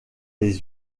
les